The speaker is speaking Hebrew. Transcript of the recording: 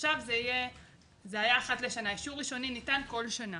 היה אחת לשנה, אישור ראשוני ניתן כל שנה